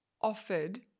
offered